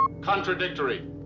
contradictory